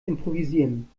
improvisieren